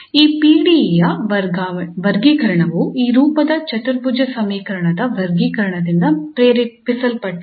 ಈ PDE ಯ ವರ್ಗೀಕರಣವುಈ ರೂಪದ ಚತುರ್ಭುಜ ಸಮೀಕರಣದ ವರ್ಗೀಕರಣದಿಂದ ಪ್ರೇರೇಪಿಸಲ್ಪಟ್ಟಿದೆ